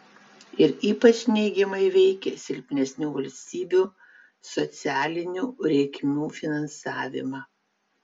ir ypač neigiamai veikia silpnesnių valstybių socialinių reikmių finansavimą